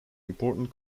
important